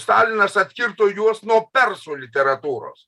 stalinas atkirto juos nuo persų literatūros